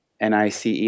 NICE